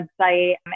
website